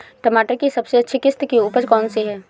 टमाटर की सबसे अच्छी किश्त की उपज कौन सी है?